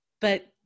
but-